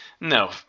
No